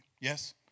Yes